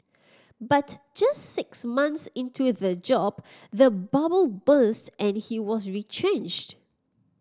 but just six months into the job the bubble burst and he was retrenched